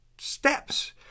steps